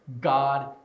God